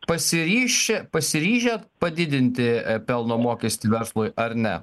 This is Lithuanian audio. pasiryši pasiryžę padidinti pelno mokestį verslui ar ne